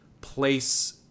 place